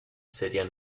sería